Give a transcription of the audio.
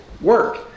work